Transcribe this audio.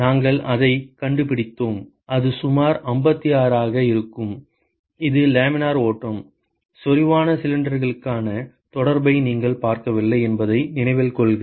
நாங்கள் அதைக் கண்டுபிடித்தோம் அது சுமார் 56 ஆக இருக்கும் இது லேமினார் ஓட்டம் செறிவான சிலிண்டர்களுக்கான தொடர்பை நாங்கள் பார்க்கவில்லை என்பதை நினைவில் கொள்க